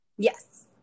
Yes